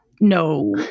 no